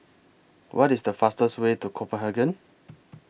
What IS The fastest Way to Copenhagen